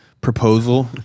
proposal